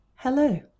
Hello